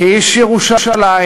כאיש ירושלים,